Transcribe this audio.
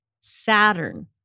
Saturn